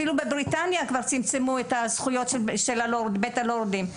אפילו בבריטניה כבר צמצמו את הזכויות של בית הלורדים.